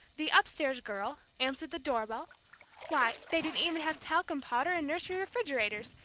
the up-stairs girl answered the doorbell why, they didn't even have talcum powder and nursery refrigerators,